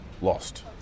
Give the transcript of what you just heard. lost